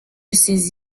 ces